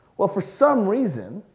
well for some reason,